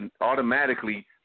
automatically